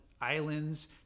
islands